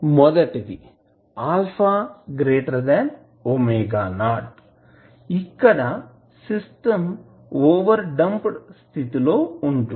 మొదటిది α⍵0 ఇక్కడ system overdamped స్థితి లో ఉంటుంది